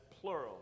plural